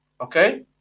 Okay